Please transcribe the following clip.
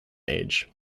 age